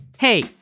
Hey